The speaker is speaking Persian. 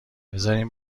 بزارین